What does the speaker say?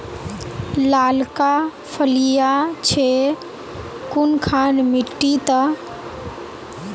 लालका फलिया छै कुनखान मिट्टी त?